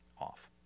off